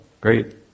great